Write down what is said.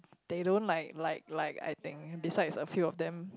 they don't like like like I think besides a few of them